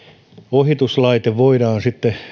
ohituslaite voidaan sitten